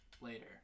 later